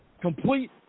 Complete